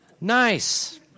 Nice